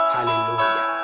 Hallelujah